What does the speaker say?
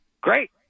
great